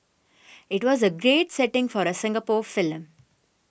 it was a great setting for a Singapore film